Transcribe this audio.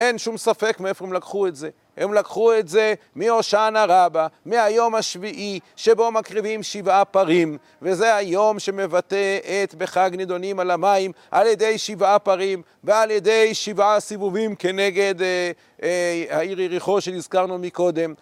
אין שום ספק מאיפה הם לקחו את זה, הם לקחו את זה מהושענא רבה, מהיום השביעי, שבו מקריבים שבעה פרים וזה היום שמבטאת בחג נידונים על המים על ידי שבעה פרים ועל ידי שבעה סיבובים כנגד העיר יריחו שנזכרנו מקודם